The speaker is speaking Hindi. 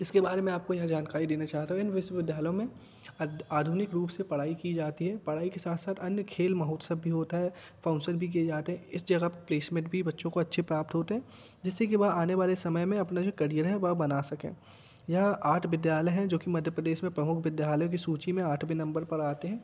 इसके बारे में आपको यह जानकारी देना चाहता हूँ इन विश्वविद्यालयों में आधुनिक रूप से पढ़ाई की जाती है पढ़ाई के साथ साथ अन्य खेल महोत्सव भी होता है फंक्शन भी किये जाते है इस जगह प्लेसमेंट भी बच्चों को अच्छे प्राप्त होते हैं जिससे की वह आने वाले समय में अपना जो करियर है वह बना सके यह आठ विद्यालय है जो कि मध्य प्रदेश में प्रमुख विद्यालयों की सूची में आठवें नंबर पर आते हैं